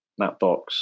Mapbox